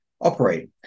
operate